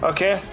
Okay